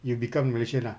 you become malaysian lah